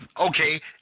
okay